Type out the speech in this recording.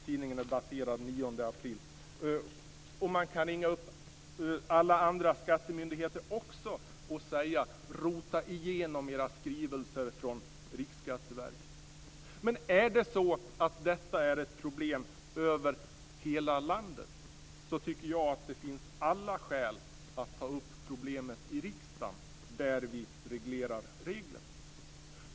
Tidningen är daterad den 9 april. Man kan ringa upp alla andra skattemyndigheter också och säga: Rota igenom era skrivelser från Riksskatteverket. Men är det så att detta är ett problem över hela landet tycker jag att det finns alla skäl att ta upp problemet i riksdagen, där vi reglerar reglerna.